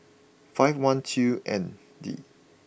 five one two N D